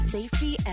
Safety